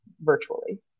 virtually